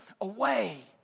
away